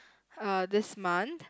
uh this month